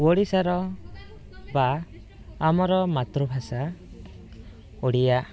ଓଡ଼ିଶାର ବା ଆମର ମାତୃଭାଷା ଓଡ଼ିଆ